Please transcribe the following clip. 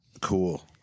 cool